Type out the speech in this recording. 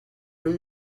from